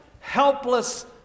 helpless